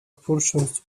portions